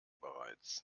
bereits